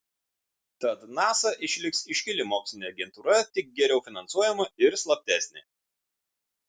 tad nasa išliks iškili mokslinė agentūra tik geriau finansuojama ir slaptesnė